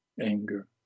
anger